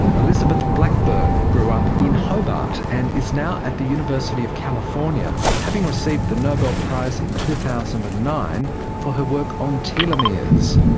elizabeth blackburn grew up in hobart and is now at the university of california, having received the nobel prize in two thousand and nine for her work on telomeres.